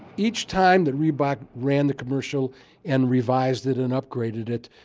each time that reebok ran the commercial and revised it and upgraded it,